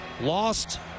lost